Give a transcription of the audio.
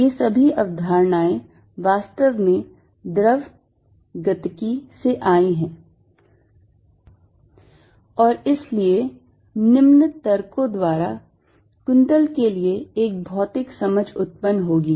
ये सभी अवधारणाएं वास्तव में द्रव गतिकी से आई हैं और इसलिए निम्न तर्कों द्वारा कुंतल के लिए एक भौतिक समझ उत्पन्न होगी